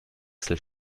für